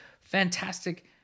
fantastic